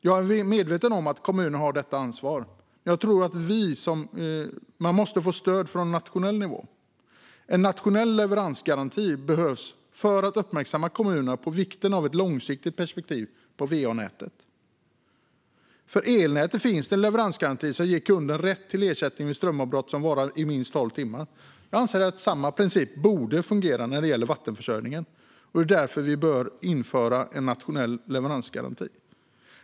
Jag är medveten om att kommunerna har detta ansvar, men jag tror att de måste få stöd från nationell nivå. En nationell leveransgaranti behövs för att uppmärksamma kommunerna på vikten av ett långsiktigt perspektiv på va-nätet. För elnätet finns det en leveransgaranti som ger kunden rätt till ersättning vid strömavbrott som varar i minst tolv timmar. Jag anser att samma princip borde fungera när det gäller vattenförsörjningen och att vi därför bör införa en nationell leveransgaranti.